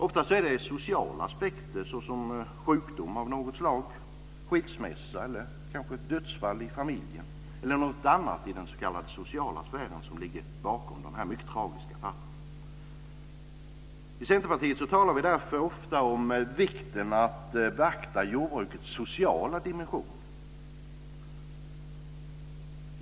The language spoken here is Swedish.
Ofta är det sociala aspekter som sjukdom av något slag, skilsmässa, kanske ett dödsfall i familjen eller någonting annat i den s.k. sociala sfären som ligger bakom dessa mycket tragiska fall. I Centerpartiet talar vi därför ofta om vikten av att beakta jordbrukets sociala dimension.